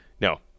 No